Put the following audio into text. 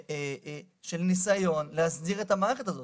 של ניסיון להסדיר את המערכת הזאת.